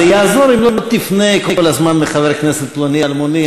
זה יעזור אם לא תפנה כל הזמן לחבר הכנסת פלוני אלמוני,